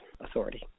authority